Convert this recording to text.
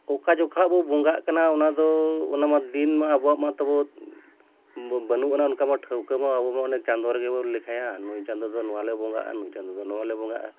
ᱚᱠᱟ ᱡᱚᱠᱷᱮᱡ ᱵᱚᱱ ᱵᱚᱸᱜᱟᱜ ᱠᱟᱱᱟ ᱚᱱᱟᱫᱚ ᱚᱱᱟᱢᱟ ᱫᱤᱱᱢᱟ ᱟᱵᱚᱣᱟᱜᱼᱢᱟ ᱛᱟᱵᱚᱱ ᱵᱟᱹᱱᱩᱜ ᱟᱱᱟ ᱚᱱᱠᱟᱢᱟ ᱴᱷᱟᱹᱣᱠᱟᱹ ᱢᱟ ᱟᱵᱚᱢᱟ ᱚᱱᱮ ᱪᱟᱸᱫᱳ ᱨᱮᱜᱮᱵᱚᱱ ᱞᱮᱠᱷᱟᱭᱟ ᱱᱩᱭ ᱪᱟᱸᱫᱚ ᱫᱚ ᱱᱚᱣᱟᱞᱮ ᱵᱚᱸᱜᱟᱜᱼᱟ ᱱᱩᱭ ᱪᱟᱸᱫᱚ ᱫᱚ ᱱᱚᱣᱟᱞᱮ ᱵᱚᱸᱜᱟᱜᱼᱟ